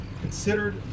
considered